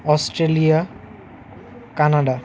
Australia Canada